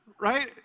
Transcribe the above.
Right